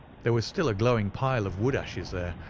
there was still a glowing pile of wood ashes there,